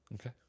Okay